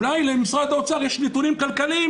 אולי למשרד האוצר יש נתונים כלכליים